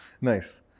Nice